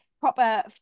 proper